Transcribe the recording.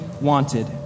wanted